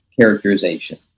characterization